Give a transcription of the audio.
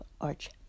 arch